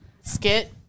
skit